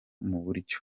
buryo